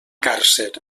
càrcer